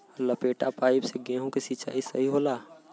लपेटा पाइप से गेहूँ के सिचाई सही होला?